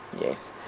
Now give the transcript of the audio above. Yes